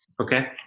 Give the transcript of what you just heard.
Okay